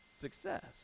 success